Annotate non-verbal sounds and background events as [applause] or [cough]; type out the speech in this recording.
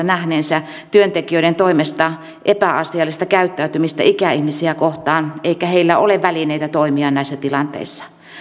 [unintelligible] nähneensä harjoittelupaikoillansa työntekijöiden toimesta epäasiallista käyttäytymistä ikäihmisiä kohtaan eikä heillä ole välineitä toimia näissä tilanteissa